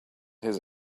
his